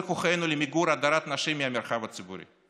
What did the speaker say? כוחנו למיגור הדרת נשים מהמרחב הציבורי.